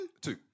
Two